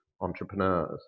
entrepreneurs